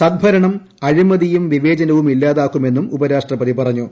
സദ്ഭരണം അഴിമതിയും വിവേചനവും ഇല്ലാതാക്കുമെന്നും ഉപരാഷ്ട്രപതി പറഞ്ഞു